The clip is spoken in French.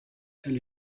elle